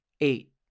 eight